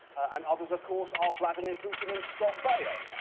and others, of course, are vladimir putin and scott baio.